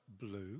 blue